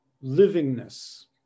livingness